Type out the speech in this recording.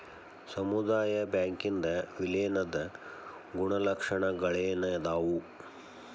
ಸಮುದಾಯ ಬ್ಯಾಂಕಿಂದ್ ವಿಲೇನದ್ ಗುಣಲಕ್ಷಣಗಳೇನದಾವು?